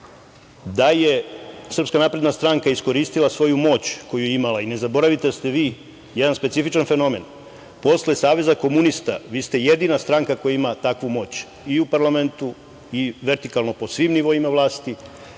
odgovorni. Da je SNS iskoristila svoju moć koju je imala i ne zaboravite da ste vi jedan specifičan fenomen. Posle Saveza komunista, vi ste jedina stranka koja ima takvu moć i u parlamentu i vertikalno po svim nivoima vlasti